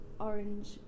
orange